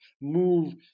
move